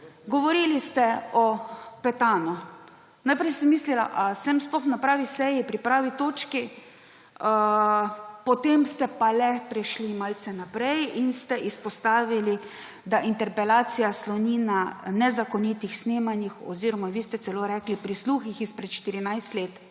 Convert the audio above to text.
Govorili ste o Petanu. Najprej sem mislila, ali sem sploh na pravi seji pri pravi točki, potem ste pa le prešli malce naprej in ste izpostavili, da interpelacija sloni na nezakonitih snemanjih oziroma vi ste celo rekli »prisluhih izpred 14 let«,